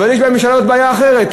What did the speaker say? יש בממשלה הזאת בעיה אחרת.